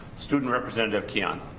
student representative kian.